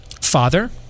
Father